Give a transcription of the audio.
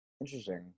Interesting